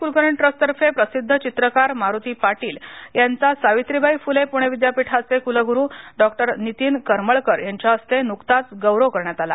Kulkarni trust तर्फे प्रसिध्द चित्रकार मारुती पाटील यांचा सावित्रीबाई फुले पुणे विद्यापीठाचे कुलग्रू डॉ नितीन करमळकर यांच्या हस्ते नुकताच गौरव करण्यात आला